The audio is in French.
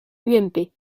ump